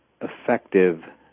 effective